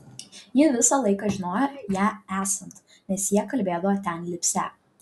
ji visą laiką žinojo ją esant nes jie kalbėdavo ten lipsią